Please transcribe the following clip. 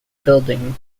building